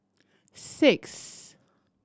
six